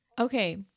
Okay